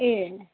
ए